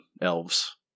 elves